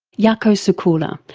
jaakko seikkula,